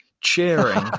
cheering